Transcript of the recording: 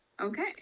Okay